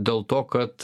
dėl to kad